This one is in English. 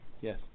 Yes